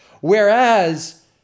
Whereas